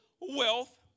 wealth